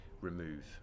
remove